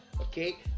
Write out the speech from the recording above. Okay